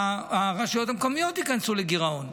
הרשויות המקומיות ייכנסו לגירעון.